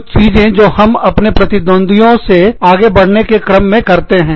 कुछ चीजें जो हम अपने प्रतिद्वंद्वी से आगे बढ़ने के क्रम में करते हैं